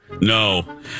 No